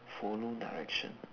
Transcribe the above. follow direction